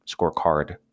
scorecard